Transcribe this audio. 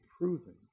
proven